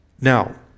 Now